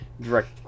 direct